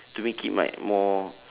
to make it like more